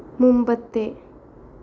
മുമ്പത്തെ